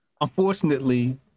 Unfortunately